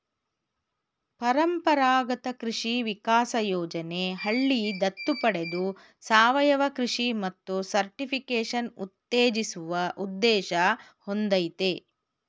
ಪರಂಪರಾಗತ ಕೃಷಿ ವಿಕಾಸ ಯೋಜನೆ ಹಳ್ಳಿ ದತ್ತು ಪಡೆದು ಸಾವಯವ ಕೃಷಿ ಮತ್ತು ಸರ್ಟಿಫಿಕೇಷನ್ ಉತ್ತೇಜಿಸುವ ಉದ್ದೇಶ ಹೊಂದಯ್ತೆ